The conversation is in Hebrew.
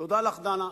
תודה לך, דנה.